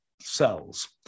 cells